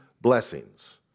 blessings